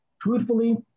Truthfully